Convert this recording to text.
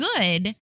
good